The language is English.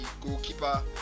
goalkeeper